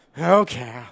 Okay